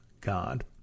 God